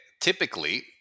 typically